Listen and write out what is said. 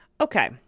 Okay